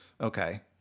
okay